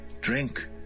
Drink